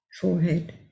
forehead